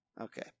okay